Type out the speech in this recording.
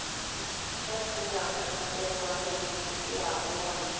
टेङ्गरा भेलै डेढ़बा भेलै सोफिआ भेलै